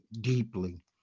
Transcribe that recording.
deeply